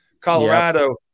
Colorado